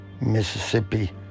Mississippi